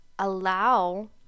allow